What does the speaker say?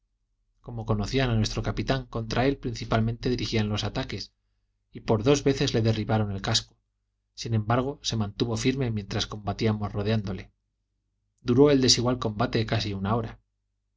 como conocían a nuestro capitán contra él principalmente dirigían los ataques y por dos veces le derribaron el casco sin embargo se mantuvo firme mientras combatíamos rodeándole duró el desigual combate casi una hora